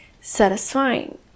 satisfying